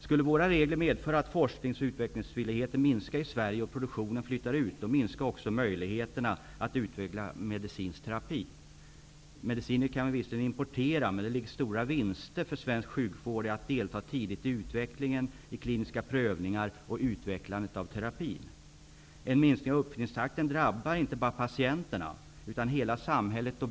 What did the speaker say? Skulle svenska regler medföra att forsknings och utvecklingsvilligheten minskar i Sverige och produktionen flyttar ut, minskar också möjligheterna att utveckla medicinsk terapi. Mediciner kan visserligen importeras, men det finns stora vinster för svensk sjukvård att delta tidigt i utvecklingen, i kliniska prövningar och utvecklandet av terapin. En minskning av uppfinningstakten drabbar inte bara patienterna utan hela samhället.